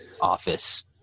office